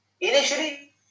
initially